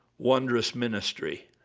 wondrous ministry,